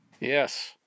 Yes